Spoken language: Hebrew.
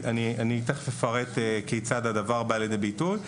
אני תיכף אפרט כיצד הדבר בא לידי ביטוי.